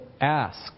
ask